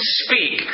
speak